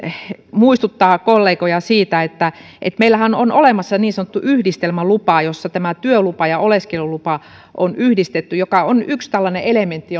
muistuttaa kollegoja siitä että että meillähän on olemassa niin sanottu yhdistelmälupa jossa tämä työlupa ja oleskelulupa on yhdistetty ja se on yksi tällainen elementti